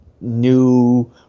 new